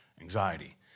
Anxiety